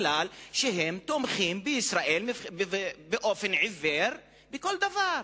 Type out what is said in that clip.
הם תומכים בישראל באופן עיוור בכל דבר.